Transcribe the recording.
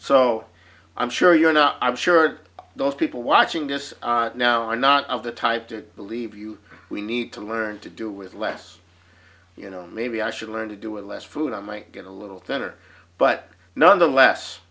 so i'm sure you're not i'm sure those people watching this now are not of the type to believe you we need to learn to do with less you know maybe i should learn to do with less food i might get a little better but nonetheless